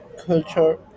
culture